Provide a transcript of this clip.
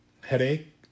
headache